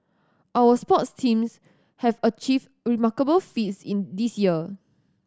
our sports teams have achieved remarkable feats in this year